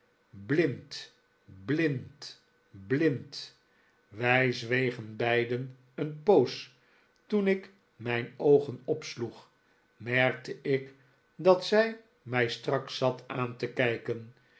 blind blind blind wij zwegen beiden een poos toen ik mijn oogen opsloeg merkte ik dat zij mij strak zat aan te kijken